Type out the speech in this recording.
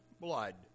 blood